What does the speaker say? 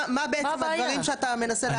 מה בעצם הדברים שאתה מנסה להגיד?